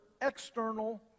external